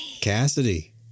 Cassidy